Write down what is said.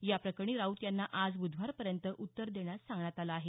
या प्रकरणी राऊत यांना आज ब्धवारपर्यंत उत्तर देण्यास सांगण्यात आलं आहे